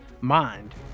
mind